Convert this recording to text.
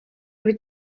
від